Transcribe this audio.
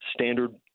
standard